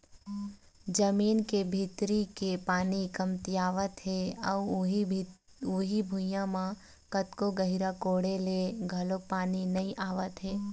जमीन के भीतरी के पानी कमतियावत हे अउ उही भुइयां म कतको गहरी कोड़े ले घलोक पानी नइ आवत हवय